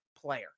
player